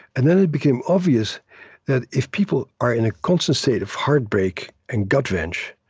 and then it became obvious that if people are in a constant state of heartbreak and gut-wrench,